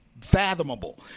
fathomable